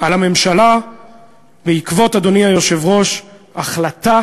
על הממשלה בעקבות, אדוני היושב-ראש, החלטה